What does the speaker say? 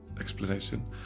explanation